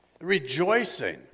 Rejoicing